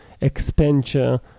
expenditure